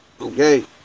Okay